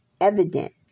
evident